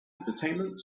entertainment